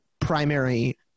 primary